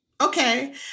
okay